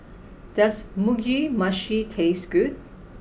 does Mugi Meshi taste good